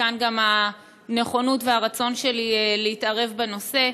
ומכאן גם הנכונות והרצון שלי להתערב בנושא.